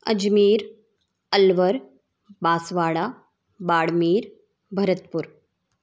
Ajmer Alwar Banswara Barmer Bharatpur